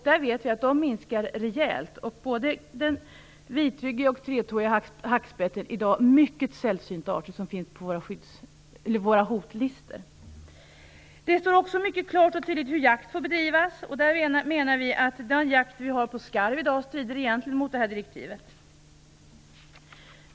Vi vet att de minskar rejält i antal. Såväl den vitryggiga som den tretåiga hackspetten är i dag mycket sällsynta arter. De finns på våra hotlistor. I direktivet framgår också mycket klart och tydligt hur jakt får bedrivas. Vi i Miljöpartiet menar att den jakt på skarv som bedrivs i dag egentligen strider mot direktivet.